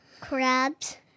crabs